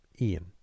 Ian